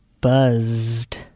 buzzed